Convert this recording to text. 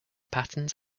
patterns